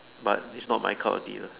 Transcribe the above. but it's not my cup of tea ah